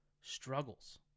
struggles